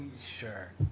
sure